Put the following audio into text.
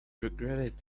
regretted